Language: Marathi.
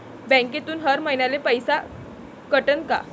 बँकेतून हर महिन्याले पैसा कटन का?